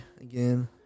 again